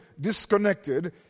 disconnected